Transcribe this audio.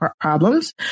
problems